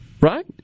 Right